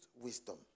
wisdom